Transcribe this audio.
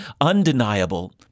undeniable